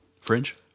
Fringe